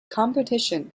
competition